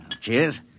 Cheers